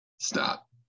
Stop